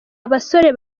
abasore